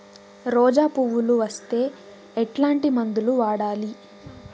రోజా పువ్వులు వస్తే ఎట్లాంటి మందులు వాడాలి?